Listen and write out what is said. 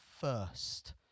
first